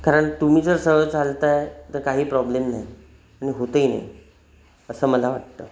कारण तुम्ही जर सरळ चालताय तर काही प्रॉब्लेम नाही आणि होतही नाही असं मला वाटतं